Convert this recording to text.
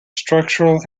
structural